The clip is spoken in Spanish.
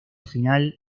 final